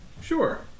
Sure